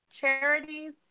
charities